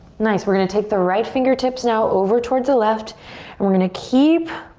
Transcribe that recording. nice, we're gonna take the right fingertips now over towards the left and we're gonna keep